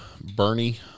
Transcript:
Bernie